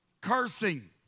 Cursing